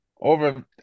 over